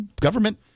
government